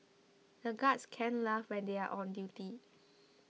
the guards can't laugh when they are on duty